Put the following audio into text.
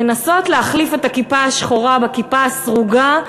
לנסות להחליף את הכיפה השחורה בכיפה הסרוגה,